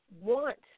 want